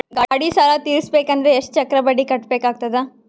ಗಾಡಿ ಸಾಲ ತಿರಸಬೇಕಂದರ ಎಷ್ಟ ಚಕ್ರ ಬಡ್ಡಿ ಕಟ್ಟಬೇಕಾಗತದ?